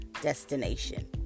destination